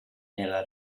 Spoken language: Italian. nella